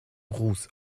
ruß